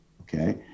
okay